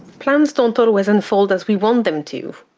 plans don't always unfold as we want them to.